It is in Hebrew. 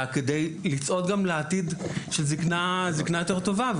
כדי לצעוד אל עתיד של זקנה יותר טובה.